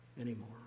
anymore